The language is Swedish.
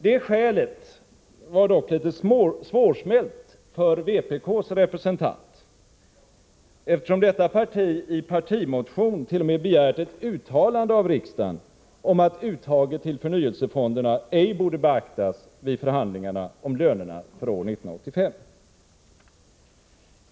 Det skälet var dock litet svårsmält för vpk:s representant, eftersom detta parti i partimotion t.o.m. begärt ett uttalande av riksdagen om att uttaget till förnyelsefonderna ej borde beaktas vid förhandlingarna om lönerna för år 1985.